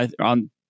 on